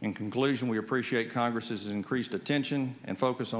in conclusion we appreciate congress's increased attention and focus